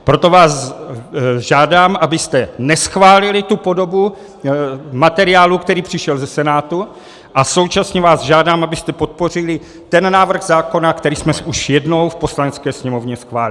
Proto vás žádám, abyste neschválili tu podobu materiálu, který přišel ze Senátu, a současně vás žádám, abyste podpořili ten návrh zákona, který jsme už jednou v Poslanecké sněmovně schválili.